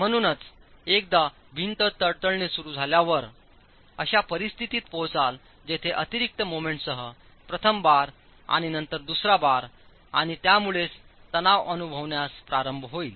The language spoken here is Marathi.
म्हणूनच एकदा भिंत तडतडणे सुरू झाल्यावर अशा परिस्थितीत पोहोचाल जेथे अतिरिक्तमोमेंटसहप्रथम बार आणि नंतर दुसरा बार आणि त्यामुळेच तणाव अनुभवण्यास प्रारंभ होईल